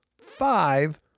five